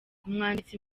umwanditsi